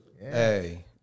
Hey